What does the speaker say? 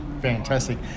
fantastic